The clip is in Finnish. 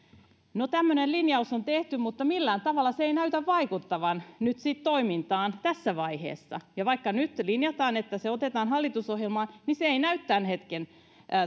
no tämmöinen linjaus on tehty mutta millään tavalla se ei näytä vaikuttavan nyt sitten toimintaan tässä vaiheessa vaikka nyt linjataan että se otetaan hallitusohjelmaan niin se ei näy tämän hetken